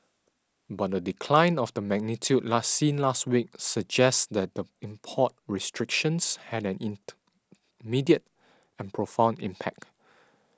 but a decline of the magnitude last seen last week suggests that the import restrictions had an and profound impact